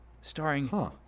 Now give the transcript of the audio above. starring